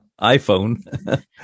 iPhone